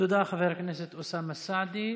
תודה, חבר הכנסת אוסאמה סעדי.